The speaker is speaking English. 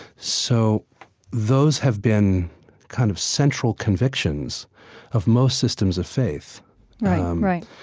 so those have been kind of central convictions of most systems of faith um right,